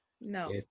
No